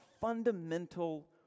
fundamental